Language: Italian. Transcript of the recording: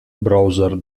browser